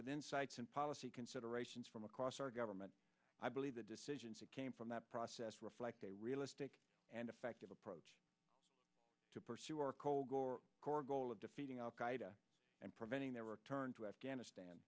with insights and policy considerations from across our government i believe the decisions that came from that process reflect a realistic and effective approach to pursue our cold gore core goal of defeating al qaeda and preventing their return to afghanistan